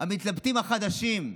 המתלבטים החדשים.